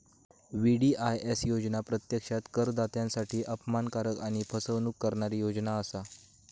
VDIS योजना प्रत्यक्षात करदात्यांसाठी अपमानकारक आणि फसवणूक करणारी योजना असा